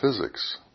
physics